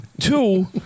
Two